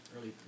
early